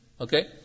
Okay